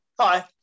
Hi